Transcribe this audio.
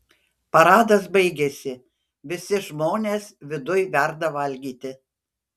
paradas baigėsi visi žmonės viduj verda valgyti